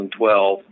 2012